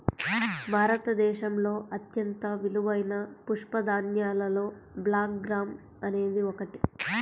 భారతదేశంలో అత్యంత విలువైన పప్పుధాన్యాలలో బ్లాక్ గ్రామ్ అనేది ఒకటి